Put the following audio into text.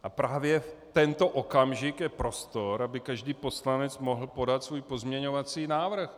A právě tento okamžik je prostor, aby každý poslanec mohl podat svůj pozměňovací návrh.